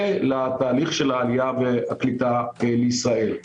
ולתהליך של העלייה והקליטה לישראל.